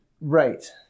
Right